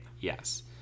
Yes